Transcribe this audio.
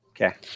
Okay